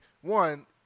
one